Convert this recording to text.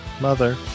Mother